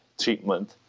treatment